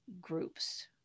groups